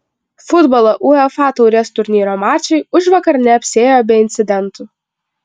futbolo uefa taurės turnyro mačai užvakar neapsiėjo be incidentų